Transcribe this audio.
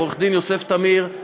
עורך-דין יוסף תמיר,